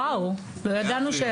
וואו, לא ידענו שהיה